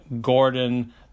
Gordon